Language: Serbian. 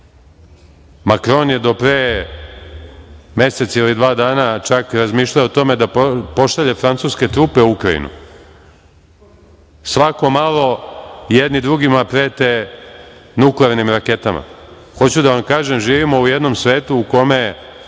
Makron je do pre mesec ili dva dana čak razmišljao o tome da pošalje Francuske trupe u Ukrajinu. Svako malo jedni drugima prete nuklearnim raketama. Hoću da vam kažem, živimo u jednom svetu u kome